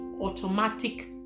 automatic